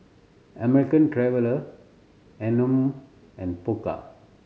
American Traveller Anmum and Pokka